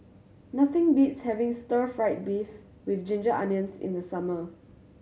nothing beats having Stir Fry beef with ginger onions in the summer